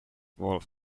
wolf